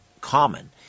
common